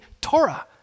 Torah